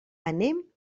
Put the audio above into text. anem